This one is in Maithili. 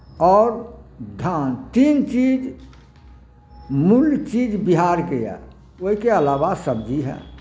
आओर धान तीन चीज मूल चीज बिहारके यए ओहिके अलावा सब्जी हए